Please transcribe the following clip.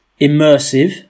immersive